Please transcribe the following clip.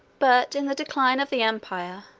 but in the decline of the empire,